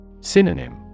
Synonym